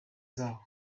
zabo